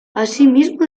asimismo